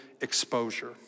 exposure